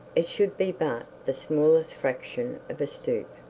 it should be but the smallest fraction of a stoop!